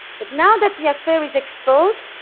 but now that the affair is exposed,